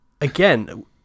Again